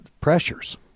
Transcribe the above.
pressures